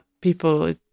people